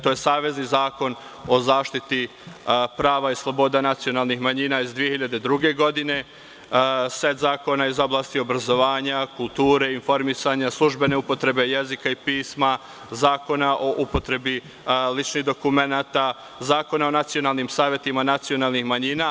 To je Savezni zakon o zaštiti prava i sloboda nacionalnih manjina iz 2002. godine, set zakona iz oblasti obrazovanja, kulture, informisanja, službene upotrebe jezika i pisma, Zakona o upotrebi ličnih dokumenata, Zakona o nacionalnim savetima nacionalnih manjina.